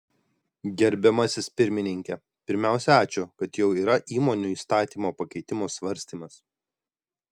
gerbiamasis pirmininke pirmiausia ačiū kad jau yra įmonių įstatymo pakeitimų svarstymas